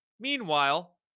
Meanwhile